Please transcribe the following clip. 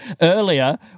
Earlier